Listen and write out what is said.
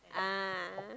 ah